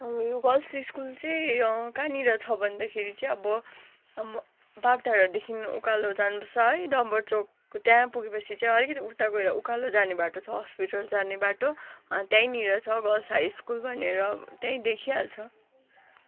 यो girls school चाहिँ कहाँनिर छ भन्दाखेरि चाहिँ अब अब बाग्धारादेखि उकालो जानुपर्छ है डम्बर चोकको त्यहाँ पुगेपछि चाहिँ अलिकति उता गएर उकालो जाने बाटो छ हस्पिटल जाने बाटो त्यहीँनिर छ गर्ल्स हाई स्कुल भनेर त्यहीँ देखिहाल्छ